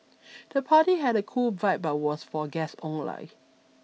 the party had a cool vibe but was for guests only